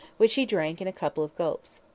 which he drank in a couple of gulps.